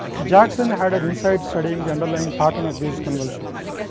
jackson had an insight studying the underlying pattern of these convulsions,